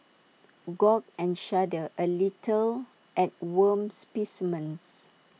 gawk and shudder A little at worm specimens